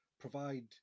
provide